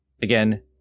Again